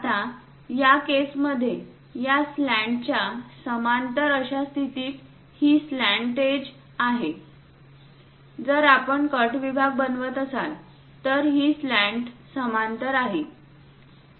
आता या केस मध्ये या स्लॅन्टच्या समांतर अशा स्थितीत ही स्लॅन्ट एज आहे जर आपण कट विभाग बनवत असाल तर ही स्लॅन्ट समांतर आहे